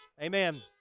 Amen